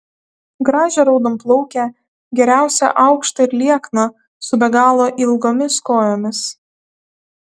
gražią raudonplaukę geriausia aukštą ir liekną su be galo ilgomis kojomis